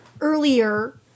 earlier